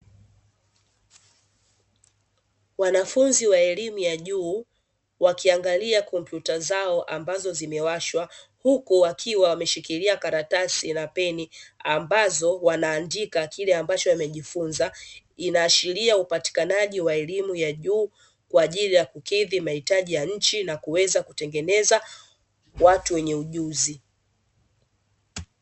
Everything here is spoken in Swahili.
Wanafunzi wa elimu ya juu wakiangalia kompyuta zao ambazo zimewashwa, huku wakiwa wameshikilia karatasi na peni ambazo wanaandika kile ambacho wamejifunza, inaashiria upatikanaji wa elimu ya juu kwa ajili ya kukidhi mahitaji ya nchi na kuweza kutengeneza watu wenye ujuzi.